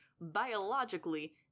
biologically